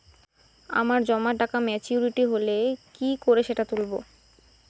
আমার জমা টাকা মেচুউরিটি হলে কি করে সেটা তুলব?